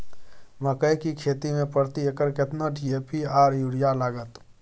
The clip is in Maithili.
मकई की खेती में प्रति एकर केतना डी.ए.पी आर यूरिया लागत?